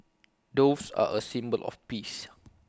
doves are A symbol of peace